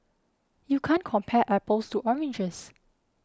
you can't compare apples to oranges